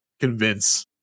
convince